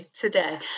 today